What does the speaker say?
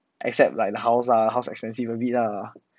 except like the house ah house expensive a bit lah